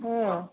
ꯎꯝ